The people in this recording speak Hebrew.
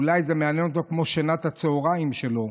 אולי זה מעניין אותו כמו שנת הצוהריים שלו.